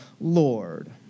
Lord